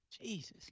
Jesus